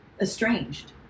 estranged